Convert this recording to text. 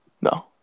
No